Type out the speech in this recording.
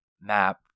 map